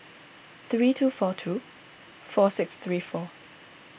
three two four two four six three four